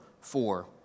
four